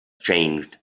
changed